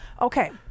Okay